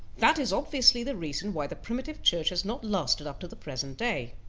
that is obviously the reason why the primitive church has not lasted up to the present day.